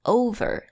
over